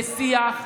לשיח.